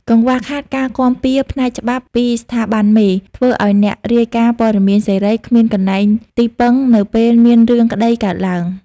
កង្វះខាតការគាំពារផ្នែកច្បាប់ពីស្ថាប័នមេ ធ្វើឱ្យអ្នករាយការណ៍ព័ត៌មានសេរី គ្មានកន្លែងទីពឹងនៅពេលមានរឿងក្តីកើតឡើង។